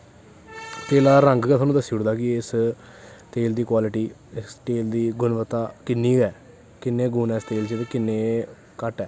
तेला दजा रंग गो तोआनू दस्सी ओड़दा की इस तेल दी कवालटी इस तेल दी गुनबत्ता किन्नी ऐ किन्ने गुन ऐं इस तेल च ते किन्ने घट्ट ऐ